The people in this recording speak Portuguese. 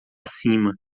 acima